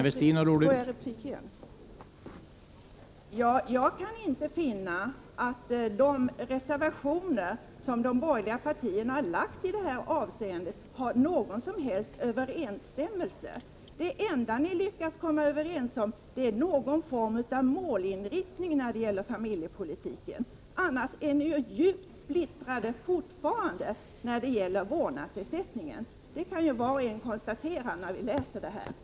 Herr talman! Jag kan inte finna att de reservationer som de borgerliga partierna avgivit i det avseendet har någon som helst överensstämmelse. Det enda ni lyckats komma överens om är någon form av målinriktning för familjepolitiken. Att ni fortfarande är djupt splittrade i fråga om vårdnadsersättningen kan ju var och en konstatera som läser edra reservationer.